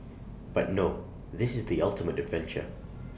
but no this is the ultimate adventure